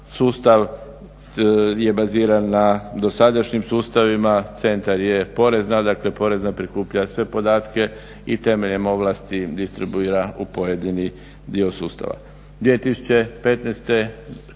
Sustav je baziran na dosadašnjim sustavima, centar je porezna, dakle porezno prikuplja sve podatke i temeljem ovlasti distribuira u pojedini dio sustava. 2015.